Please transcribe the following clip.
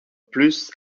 plus